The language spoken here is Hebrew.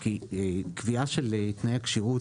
כי קביעה של תנאי כשירות,